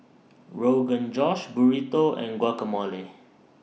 Rogan Josh Burrito and Guacamole